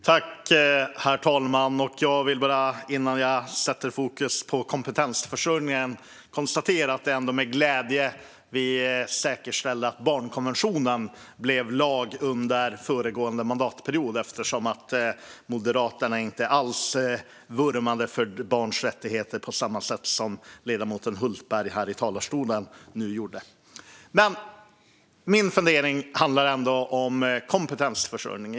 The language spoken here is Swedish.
Herr talman! Innan jag sätter fokus på kompetensförsörjningen är det med glädje jag konstaterar att vi säkerställde att barnkonventionen blev lag under den föregående mandatperioden. Då vurmade Moderaterna inte alls för barns rättigheter på samma sätt som ledamoten Hultberg gjorde i talarstolen nyss. Men min fundering handlar om kompetensförsörjning.